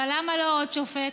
אבל למה לא עוד שופט?